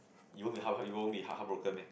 you won't be heart you won't be heart~ heartbroken meh